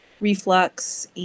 reflux